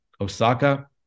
Osaka